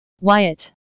wyatt